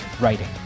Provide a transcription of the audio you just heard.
writing